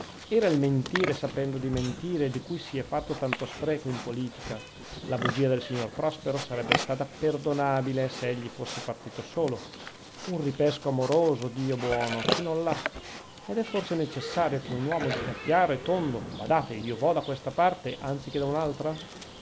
era il mentire sapendo di mentire di cui si è fatto tanto spreco in politica la bugia del signor prospero sarebbe stata perdonabile se egli fosse partito solo un ripesco amoroso dio buono chi non l'ha ed è forse necessario che un uomo dica chiaro e tondo badate io vo da questa parte anzi che da un'altra